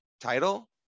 title